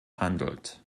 handelt